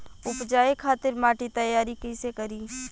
उपजाये खातिर माटी तैयारी कइसे करी?